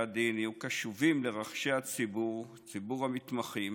הדין יהיו קשובים לרחשי ציבור המתמחים